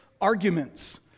arguments